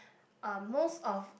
um most of